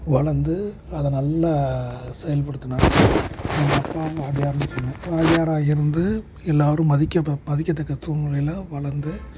வளர்ந்து அது நல்லா செயல்படுத்தினாரு எங்கள் அப்பா வாத்தியார்னு சொன்னால் வாத்தியாராக இருந்து எல்லாேரும் மதிக்க மதிக்கதக்க சூழ்நிலையில வளர்ந்து